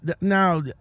now